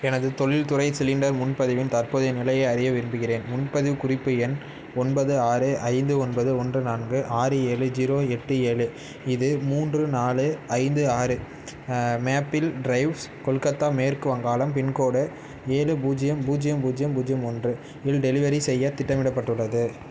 எனது தொழில்துறை சிலிண்டர் முன்பதிவின் தற்போதைய நிலையை அறிய விரும்புகிறேன் முன்பதிவு குறிப்பு எண் ஒன்பது ஆறு ஐந்து ஒன்பது ஒன்று நான்கு ஆறு ஏழு ஜீரோ எட்டு ஏழு இது மூன்று நாலு ஐந்து ஆறு மேப்பிள் ட்ரைவ்ஸ் கொல்கத்தா மேற்கு வங்காளம் பின்கோடு ஏழு பூஜ்ஜியம் பூஜ்ஜியம் பூஜ்ஜியம் பூஜ்ஜியம் ஒன்று இல் டெலிவரி செய்ய திட்டமிடப்பட்டுள்ளது